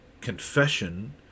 confession